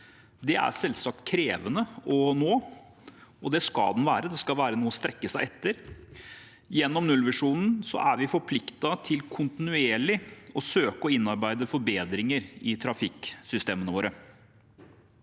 er selvsagt krevende å nå, og slik skal det være. Det skal være noe å strekke seg etter. Gjennom nullvisjonen er vi forpliktet til kontinuerlig å søke å innarbeide forbedringer i trafikksystemene våre.